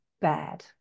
bad